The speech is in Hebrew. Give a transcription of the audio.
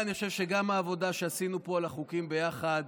אני חושב שגם העבודה שעשינו פה על החוקים ביחד,